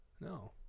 no